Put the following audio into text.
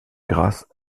grâce